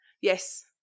Yes